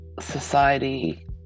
society